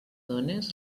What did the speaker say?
dónes